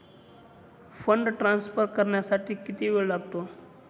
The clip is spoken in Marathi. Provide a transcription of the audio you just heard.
फंड ट्रान्सफर करण्यासाठी किती वेळ लागतो?